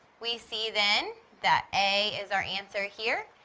we see then that a is our answer here.